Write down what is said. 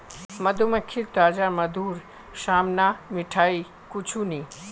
मधुमक्खीर ताजा मधुर साम न मिठाई कुछू नी